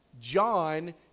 John